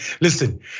Listen